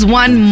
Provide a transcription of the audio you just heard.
one